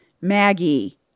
Maggie